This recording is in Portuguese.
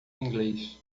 inglês